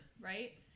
right